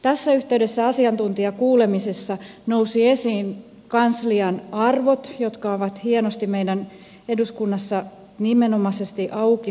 tässä yhteydessä asiantuntijakuulemisissa nousivat esiin kanslian arvot jotka on hienosti eduskunnassa nimenomaisesti auki sanottu